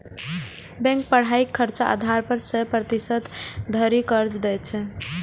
bank पढ़ाइक खर्चक आधार पर सय प्रतिशत धरि कर्ज दए सकैए